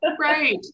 Right